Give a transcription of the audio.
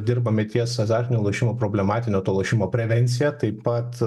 dirbame ties azartinių lošimų problematinio to lošimo prevencija taip pat